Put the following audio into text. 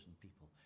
people